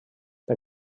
per